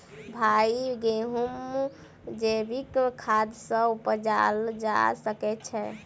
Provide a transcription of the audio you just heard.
भाई गेंहूँ जैविक खाद सँ उपजाल जा सकै छैय?